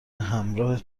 همراه